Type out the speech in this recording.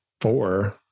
four